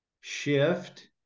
shift